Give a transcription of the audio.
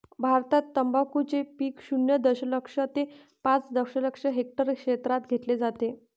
भारतात तंबाखूचे पीक शून्य दशलक्ष ते पाच दशलक्ष हेक्टर क्षेत्रात घेतले जाते